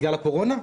בגלל הקורונה?